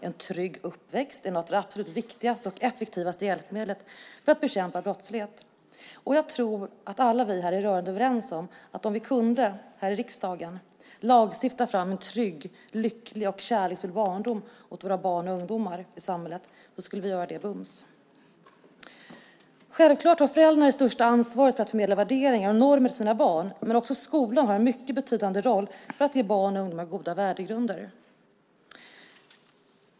En trygg uppväxt är något av det absolut viktigaste och effektivaste hjälpmedlet för att bekämpa brottslighet, och jag tror alla vi här är rörande överens om att om vi här i riksdagen kunde lagstifta fram en trygg, lycklig och kärleksfull barndom åt våra barn och ungdomar i samhället skulle vi göra det bums. Självklart har föräldrarna det största ansvaret för att förmedla värderingar och normer till sina barn, men också skolan har en mycket betydelsefull roll för att ge barn och ungdomar goda värdegrunder.